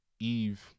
Eve